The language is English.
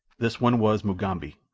this one was mugambi,